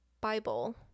Bible